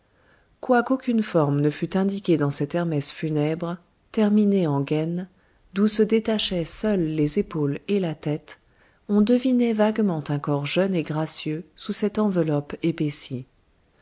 quoique aucune forme ne fût indiquée dans cet hermès funèbre terminé en gaine d'où se détachaient seules les épaules et la tête on devinait vaguement un corps jeune et gracieux sous cette enveloppe épaissie